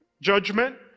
judgment